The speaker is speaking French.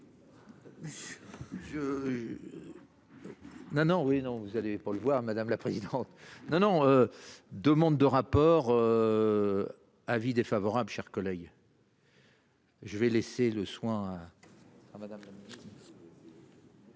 Non non oui non vous allez pas le voir madame la présidente. Non, non. Demande de rapport. Avis défavorable, chers collègues. Je vais laisser le soin. Travail. Merci